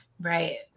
Right